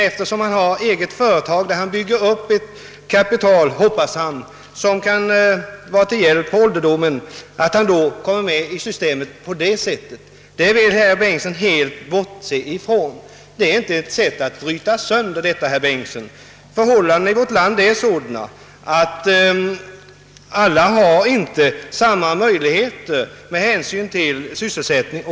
Eftersom han har eget företag, i vilket han hoppas kunna bygga upp ett kapital som kan vara till hjälp på ålderdomen vill han komma med i systemet på det angivna sättet, men detta vill herr Bengtsson helt bortse ifrån. Detta är emellertid inte att bryta sönder ATP. Förhållandena i vårt land är sådana att alla inte har samma möjligheter med hänsyn till bl.a. sysselsättningen.